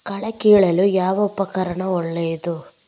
ಕಳೆ ಕೀಳಲು ಯಾವ ಉಪಕರಣ ಒಳ್ಳೆಯದು?